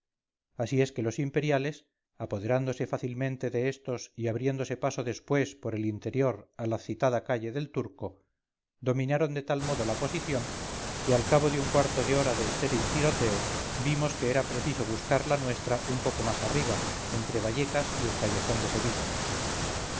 así es que los imperiales apoderáronse fácilmente de estos y abriéndose paso después por el interior a la citada calle del turco dominaron de tal modo la posición que al cabo de un cuarto de hora de estéril tiroteo vimos que era preciso buscar la nuestra un poco más arriba entre vallecas y el callejón de sevilla